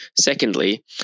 secondly